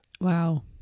Wow